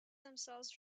themselves